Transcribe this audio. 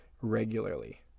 regularly